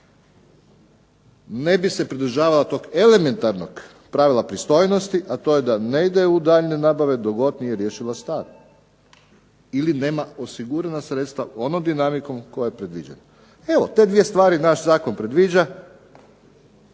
ne bi se pridržavala tog elementarnog pravila pristojnosti, a to je da ne ide u daljnje nabave dok god nije riješila stare. Ili nema osigurana sredstva onom dinamikom koja je predviđena. Evo, te dvije stvari naš zakon predviđa,